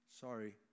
Sorry